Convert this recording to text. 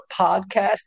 podcast